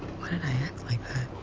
why did i act like